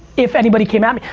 if anybody came at me.